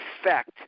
effect